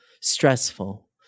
stressful